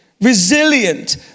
resilient